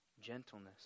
gentleness